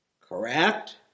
correct